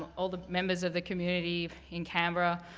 all the members of the community in cambria.